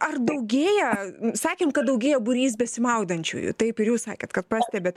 ar daugėja sakėm kad daugėja būrys besimaudančiųjų taip ir jūs sakėt kad pastebit